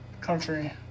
country